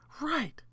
Right